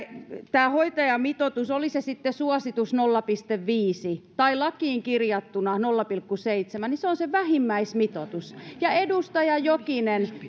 tämä hoitajamitoitus oli se sitten suosituksena nolla pilkku viisi tai lakiin kirjattuna nolla pilkku seitsemän on se vähimmäismitoitus edustaja jokinen